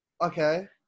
okay